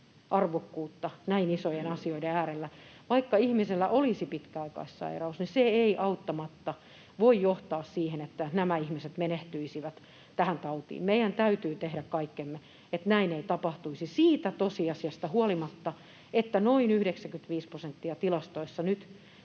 arvokkuutta näin isojen asioiden äärellä. Vaikka ihmisellä olisi pitkäaikaissairaus, niin se ei auttamatta voi johtaa siihen, että nämä ihmiset menehtyisivät tähän tautiin. Meidän täytyy tehdä kaikkemme, että näin ei tapahtuisi siitä tosiasiasta huolimatta, että noin 95 prosenttia tilastoissa nyt